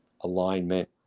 alignment